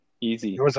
Easy